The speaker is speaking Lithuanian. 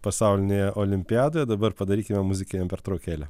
pasaulinėje olimpiadoje dabar padarykime muzikinę pertraukėlę